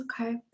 okay